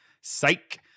Psych